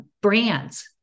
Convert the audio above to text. brands